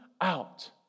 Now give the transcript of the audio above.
out